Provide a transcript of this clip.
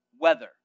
weather